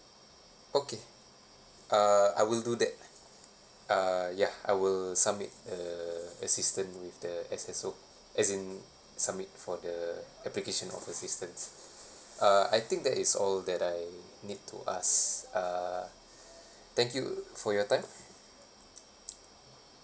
okay uh I will do that uh ya I will submit a assistance with the S_S_O as in submit for the application of assistance uh I think that is all that I need to ask uh thank you for your time